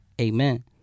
Amen